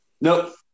Nope